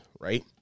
right